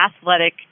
athletic